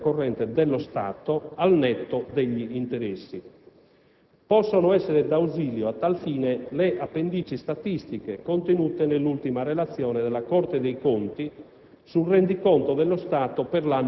rispetto all'andamento della spesa corrente dello Stato, al netto degli interessi. Possono essere d'ausilio, a tal fine, le appendici statistiche contenute nell'ultima relazione della Corte dei conti